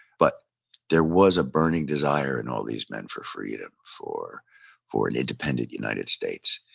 but there was a burning desire in all these men for freedom. for for an independent united states.